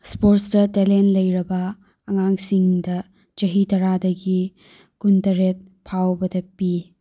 ꯏꯁꯄꯣꯔꯠꯁꯇ talent ꯂꯩꯔꯕ ꯑꯉꯥꯡꯁꯤꯡꯗ ꯆꯍꯤ ꯇꯔꯥꯗꯒꯤ ꯀꯨꯟꯇꯔꯦꯠ ꯐꯥꯎꯕꯗ ꯄꯤ